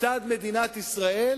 לצד מדינת ישראל